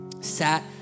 sat